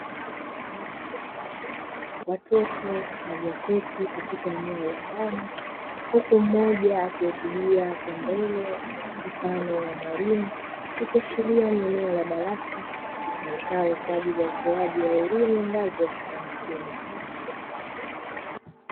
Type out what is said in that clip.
Watoto walioketi katika eneo la ndani. Huku mmoja akihutubia kwa mbele mfano wa mwalimu ikiashiria ni eneo la darasa litumikalo kwa ajili ya utoaji wa elimu ngazi ya shule ya msingi.